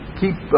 keep